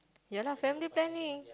ya lah family planning